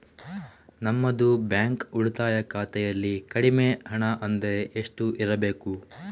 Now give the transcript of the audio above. ನಮ್ಮದು ಬ್ಯಾಂಕ್ ಉಳಿತಾಯ ಖಾತೆಯಲ್ಲಿ ಕಡಿಮೆ ಹಣ ಅಂದ್ರೆ ಎಷ್ಟು ಇರಬೇಕು?